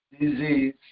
disease